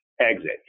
exit